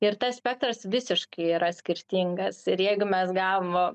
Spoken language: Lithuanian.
ir tas spektras visiškai yra skirtingas ir jeigu mes gavo